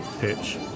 pitch